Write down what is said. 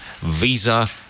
Visa